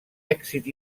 èxit